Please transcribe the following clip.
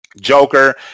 Joker